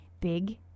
big